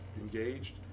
engaged